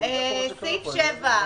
סעיף 7,